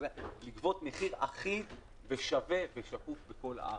לגבות מחיר אחיד ושווה ושקוף בכל הארץ.